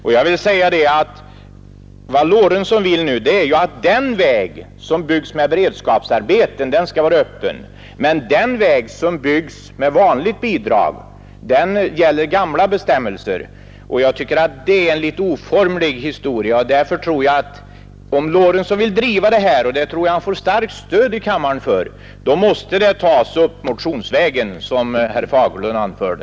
Men vad herr Lorentzon vill nu är ju att en väg som byggs som beredskapsarbete skall vara öppen. För en väg som byggs med vanliga bidrag skulle däremot fortfarande gälla de gamla bestämmelserna, och det tycker jag är en oformlig historia. Om herr Lorentzon vill driva den här frågan — och jag tror att han i så fall får starkt stöd i kammaren — måste den tas upp motionsvägen, som herr Fagerlund påpekade.